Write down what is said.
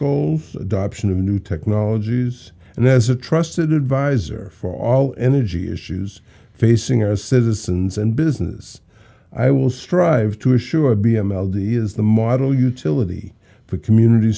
goals adoption of new technologies and as a trusted advisor for all energy issues facing our citizens and business i will strive to assure be m l d is the motto utility for community